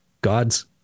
god's